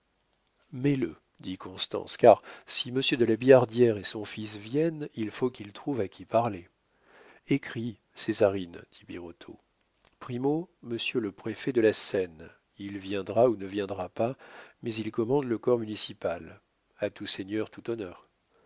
mets-le dit constance car si monsieur de la billardière et son fils viennent il faut qu'ils trouvent à qui parler écris césarine dit birotteau primo monsieur le préfet de la seine il viendra ou ne viendra pas mais il commande le corps municipal à tout seigneur tout honneur